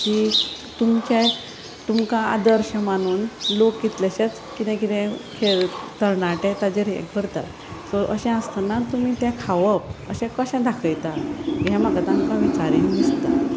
ती तुमचें तुमकां आदर्श मानून लोक कितलेशेच कितें कितें तरणाटे ताचेर हें करतात सो अशें आसतना तुमी तें खावप अशें कशें दाखयता हें म्हाका तांकां विचारीन दिसता